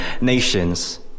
nations